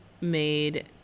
made